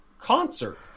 concert